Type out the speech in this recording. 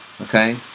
okay